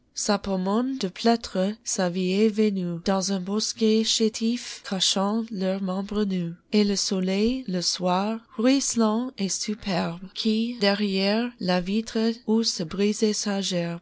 sa pomone de plâtre et sa vieille vénus dans un bosquet chétif cachant leurs membres nus et le soleil le soir ruisselant et superbe qui derrière la vitre où se brisait